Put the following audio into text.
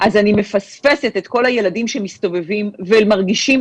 אז אני מפספסת את כל הילדים שמסתובבים ומרגישים